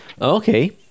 okay